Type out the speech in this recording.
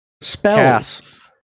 Spells